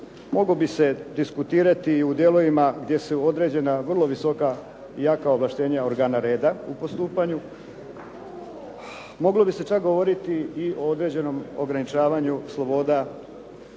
mogao bi se diskutirati i u dijelovima gdje su određena i vrlo visoka i jaka ovlaštenja organa reda u postupanju, moglo bi se čak govoriti i o određenom ograničavanju sloboda